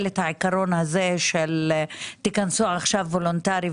את העיקרון של להיכנס עכשיו וולונטרית,